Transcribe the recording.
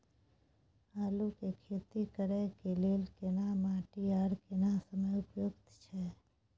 आलू के खेती करय के लेल केना माटी आर केना समय उपयुक्त छैय?